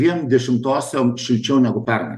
dviem dešimtosiom šilčiau negu pernai